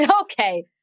Okay